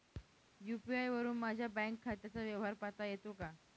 UPI वरुन माझ्या bank खात्याचा व्यवहार पाहता येतो का?